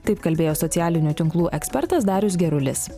taip kalbėjo socialinių tinklų ekspertas darius gerulis